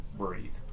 breathe